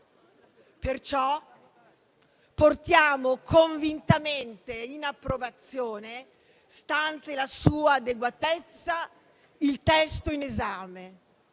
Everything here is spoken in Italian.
Perciò portiamo convintamente in approvazione, stante la sua adeguatezza, il testo in esame,